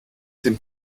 dem